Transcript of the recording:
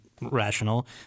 rational